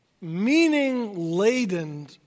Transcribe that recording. meaning-laden